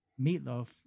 meatloaf